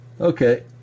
Okay